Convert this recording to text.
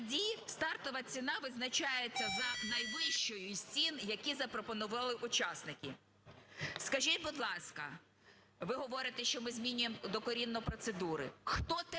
тоді стартова ціна визначається за найвищою із цін, які запропонували учасники. Скажіть, будь ласка, ви говорите, що ми змінюємо докорінно процедури. Хто тепер